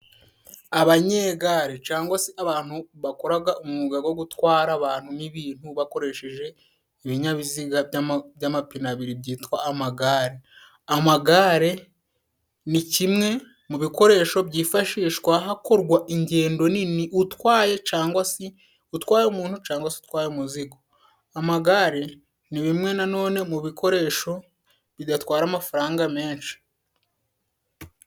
Abanyegare cangwa se abantu bakoraga umwuga go gutwara abantu n'ibintu bakoresheje ibinyabiziga by'amapine abiri byitwa amagare. Amagare ni kimwe mu bikoresho byifashishwa hakorwa ingendo nini，utwaye cangwa se utwara umuntu，cangwa se utwaye umuzigo， amagare ni bimwe na none mu bikoresho bidatwara amafaranga menshi.